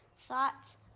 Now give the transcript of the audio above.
thoughts